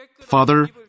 Father